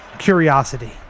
Curiosity